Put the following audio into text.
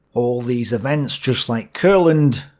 all these events, just like courland,